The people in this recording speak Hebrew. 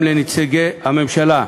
גם לנציגי הממשלה.